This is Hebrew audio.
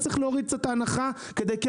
אז צריך להוריד קצת את ההנחה כדי כן